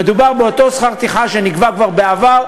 מדובר באותו שכר טרחה שנקבע כבר בעבר,